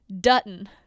Dutton